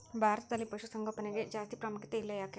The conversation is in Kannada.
ಭಾರತದಲ್ಲಿ ಪಶುಸಾಂಗೋಪನೆಗೆ ಜಾಸ್ತಿ ಪ್ರಾಮುಖ್ಯತೆ ಇಲ್ಲ ಯಾಕೆ?